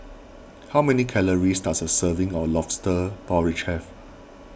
how many calories does a serving of Lobster Porridge have